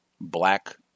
black